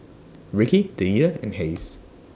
Rickie Danita and Hays